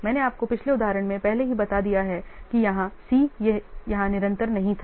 मैंने आपको पिछले उदाहरण में पहले ही बता दिया है कि यहाँ C यह यहाँ निरंतर नहीं था